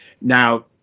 Now